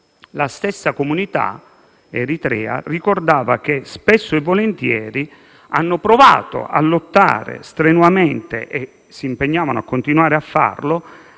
La stessa comunità eritrea ricordava che - spesso e volentieri - hanno provato a lottare strenuamente - e si impegnavano a continuare a farlo